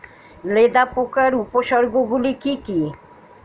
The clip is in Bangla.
লেদা পোকার উপসর্গগুলি কি কি?